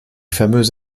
fameux